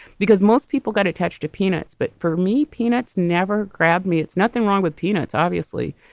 because most people got attached to peanuts. but for me, peanuts never grabbed me. it's nothing wrong with peanuts, obviously.